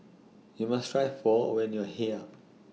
YOU must Try Pho when YOU Are here